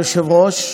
היושב-ראש,